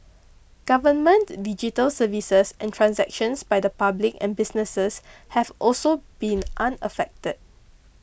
government digital services and transactions by the public and businesses have also been unaffected